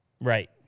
Right